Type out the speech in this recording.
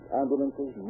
ambulances